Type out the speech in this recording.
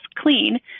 clean